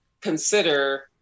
consider